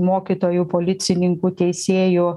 mokytojų policininkų teisėjų